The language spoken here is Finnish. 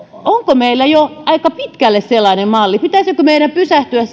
onko meillä jo aika pitkälle sellainen malli pitäisikö meidän pysähtyä